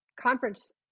conference